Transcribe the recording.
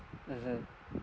mmhmm